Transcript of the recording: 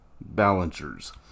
balancers